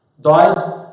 died